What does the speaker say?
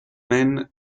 men